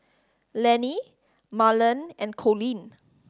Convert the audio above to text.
Lanny Marlen and Colleen